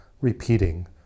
repeating